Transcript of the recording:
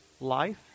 life